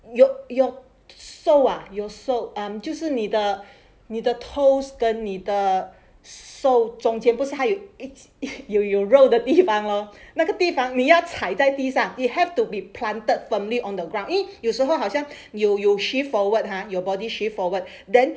your your sole ah your sole um 就是你的你的 toes 跟你的 sole 中间不是还有 it's 有有肉的地方 lor 那个地方你要踩在地上 you have to be planted firmly on the ground 因为有时候好像有 you you shift forward ah your body shift forward then